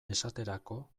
esaterako